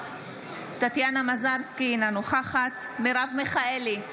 אינה נוכחת מרב מיכאלי,